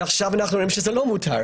ועכשיו אנחנו רואים שזה אסור.